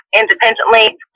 independently